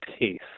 taste